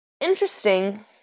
interesting